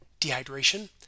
Dehydration